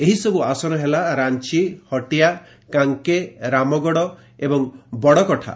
ଏହିସବୁ ଆସନ ହେଲା ରାଞ୍ଚି ହଟିଆ କାଙ୍କେ ରାମଗଡ଼ ଏବଂ ବଡ଼କଠା